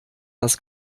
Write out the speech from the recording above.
das